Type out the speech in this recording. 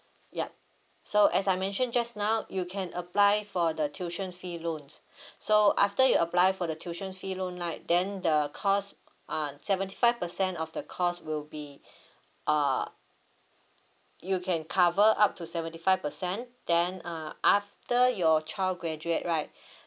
yup so as I mentioned just now you can apply for the tuition fee loans so after you apply for the tuition fee loan right then the cost uh seventy five percent of the cost will be uh you can cover up to seventy five percent then uh after your child graduate right